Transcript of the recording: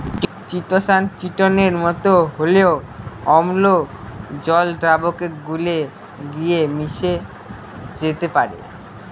chitosan চিটোনের মতো হলেও অম্ল জল দ্রাবকে গুলে গিয়ে মিশে যেতে পারে